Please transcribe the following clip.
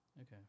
Okay